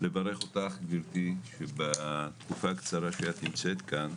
לברך אותך, גברתי, שבתקופה הקצרה שאת נמצאת כאן,